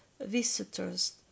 visitors